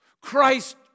Christ